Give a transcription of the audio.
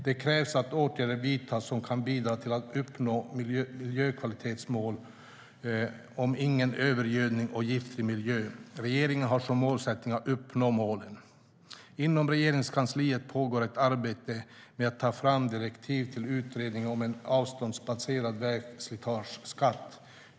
Det krävs att åtgärder vidtas som kan bidra till att uppnå miljökvalitetsmålen Ingen övergödning och Giftfri miljö. Regeringen har som målsättning att uppnå målen. Inom Regeringskansliet pågår ett arbete med att ta fram direktiv till utredningen om en avståndsbaserad vägslitageskatt.